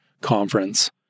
conference